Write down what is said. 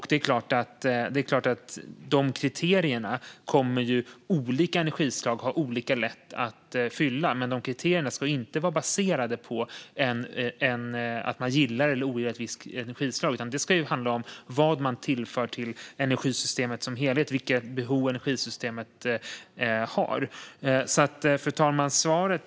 Det är klart att olika energislag kommer att ha olika lätt att uppfylla kriterierna, men kriterierna ska inte vara baserade på att vi gillar eller ogillar ett visst energislag, utan det ska handla om vad de tillför energisystemet som helhet och vilka behov som finns i energisystemet.